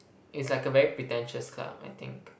it's like a very pretentious club I think